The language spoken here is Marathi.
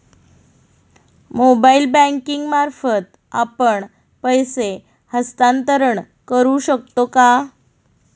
मोबाइल बँकिंग मार्फत आपण पैसे हस्तांतरण करू शकतो का?